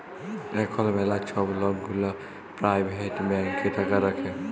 এখল ম্যালা ছব লক গুলা পারাইভেট ব্যাংকে টাকা রাখে